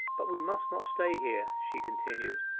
but we must not stay here she continued,